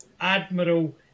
Admiral